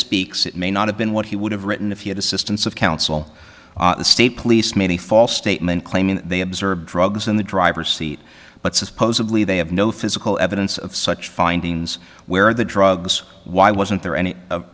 speaks it may not have been what he would have written if he had assistance of counsel the state police made a false statement claiming they observed drugs in the driver's seat but supposedly they have no physical evidence of such findings where the drugs why wasn't there any